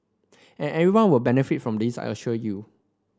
and everyone will benefit from this I assure you